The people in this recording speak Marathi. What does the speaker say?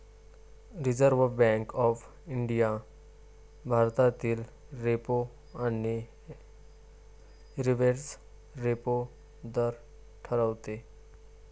रिझर्व्ह बँक ऑफ इंडिया भारतातील रेपो आणि रिव्हर्स रेपो दर ठरवते